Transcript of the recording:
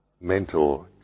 mental